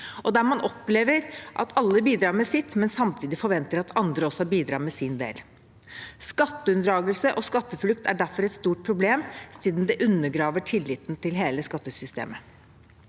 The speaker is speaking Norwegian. og der man opplever at alle bidrar med sitt, men samtidig forventer at andre også bidrar med sin del. Skatteunndragelse og skatteflukt er derfor et stort problem, siden det undergraver tilliten til hele skattesystemet.